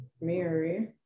Mary